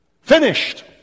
Finished